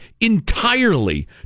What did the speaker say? entirely